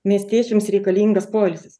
miestiečiams reikalingas poilsis